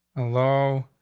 hello?